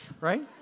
right